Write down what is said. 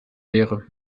wäre